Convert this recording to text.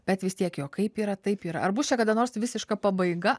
bet vis tiek jo kaip yra taip yra ar bus čia kada nors visiška pabaiga